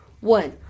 One